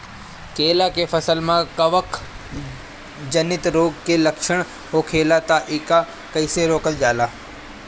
केला के फसल में कवक जनित रोग के लक्षण का होखेला तथा एके कइसे रोकल जाला?